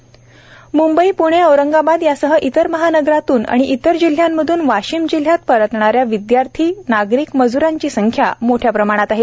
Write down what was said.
म्ंबई प्णे औरंगाबाद यासह इतर महानगरातून व इतर जिल्ह्यांमधून वाशिम जिल्ह्यात परतणाऱ्या विद्यार्थी नागरिक मज्रांची संख्या मोठ्या प्रमाणात आहे